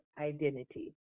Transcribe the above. identity